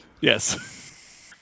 Yes